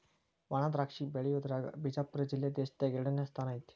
ವಣಾದ್ರಾಕ್ಷಿ ಬೆಳಿಯುದ್ರಾಗ ಬಿಜಾಪುರ ಜಿಲ್ಲೆ ದೇಶದಾಗ ಎರಡನೇ ಸ್ಥಾನ ಐತಿ